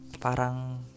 Parang